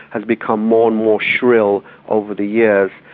has become more and more shrill over the years.